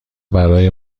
برای